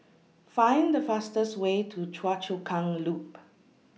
Find The fastest Way to Choa Chu Kang Loop